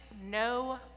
no